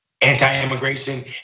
Anti-immigration